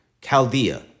chaldea